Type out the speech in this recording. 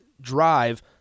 drive